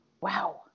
Wow